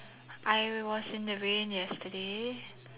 I was in the rain yesterday